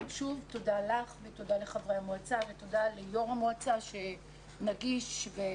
שוב תודה לך, תודה ליושב ראש המועצה שנגיש לנו